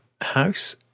house